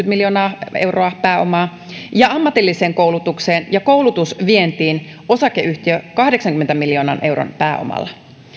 miljoonaa euroa pääomaa ja ammatilliseen koulutukseen ja koulutusvientiin osakeyhtiö kahdeksankymmenen miljoonan euron pääomalla